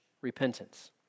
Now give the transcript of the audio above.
repentance